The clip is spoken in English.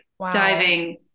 diving